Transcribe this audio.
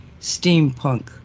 Steampunk